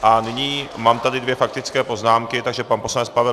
A nyní mám tady dvě faktické poznámky, takže pan poslanec Pavel Juříček.